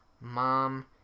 mom